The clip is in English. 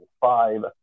five